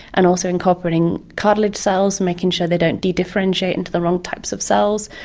and also incorporating cartilage cells, making sure they don't dedifferentiate into the wrong types of cells,